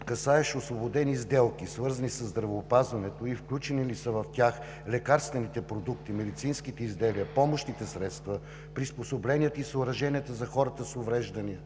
касаещ освободени сделки, свързани със здравеопазването и включени ли са в тях лекарствените продукти, медицинските изделия, помощните средства, приспособленията и съоръженията за хората с увреждания